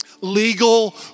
Legal